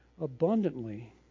abundantly